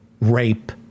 rape